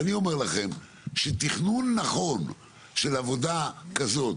ואני אומר לכם שתכנון נכון של עבודה כזאת